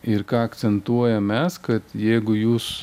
ir ką akcentuojam mes kad jeigu jūs